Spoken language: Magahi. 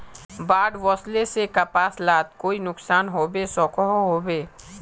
बाढ़ वस्ले से कपास लात कोई नुकसान होबे सकोहो होबे?